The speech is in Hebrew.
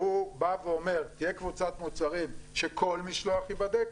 שהוא בא ואומר שתהיה קבוצת מוצרים שכל משלוח ייבדק,